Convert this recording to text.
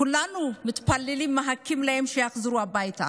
כולנו מתפללים ומחכים להם שיחזרו הביתה.